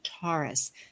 Taurus